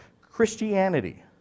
Christianity